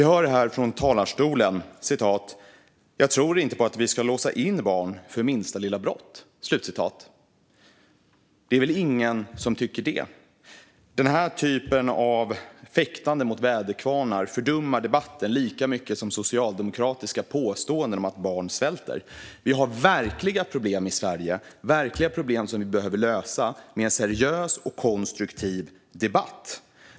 Herr talman! Jag tror inte på att vi ska låsa in barn för minsta lilla brott, säger ledamoten i talarstolen. Det är väl ingen som tycker det. Den här typen av fäktande mot väderkvarnar fördummar debatten lika mycket som socialdemokratiska påståenden om att barn svälter. Vi har verkliga problem i Sverige som vi behöver lösa med en seriös och konstruktiv debatt.